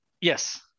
Yes